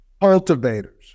cultivators